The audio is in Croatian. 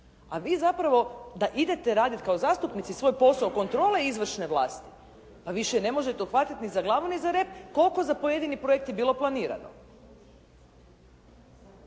a vi zapravo da idete raditi kao zastupnici svoj posao kontrole izvršne vlasti, pa više ne možete uhvatiti ni za glavu ni za rep koliko za pojedini projekt je bilo planirano.